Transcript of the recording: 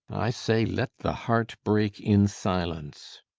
i say, let the heart break in silence.